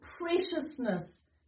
preciousness